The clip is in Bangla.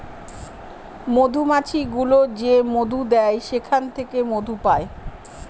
মধুমাছি গুলো যে মধু দেয় সেখান থেকে মধু পায়